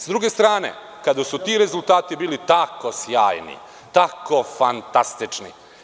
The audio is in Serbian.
S druge strane, kada su ti rezultati bili tako sjajni, tako fantastični.